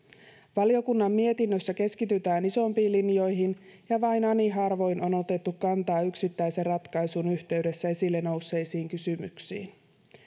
valiokunnan mietinnössä keskitytään isompiin linjoihin ja vain ani harvoin on otettu kantaa yksittäisen ratkaisun yhteydessä esille nousseisiin kysymyksiin